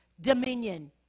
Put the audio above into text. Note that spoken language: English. dominion